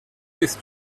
this